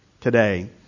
today